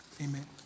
Amen